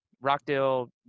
Rockdale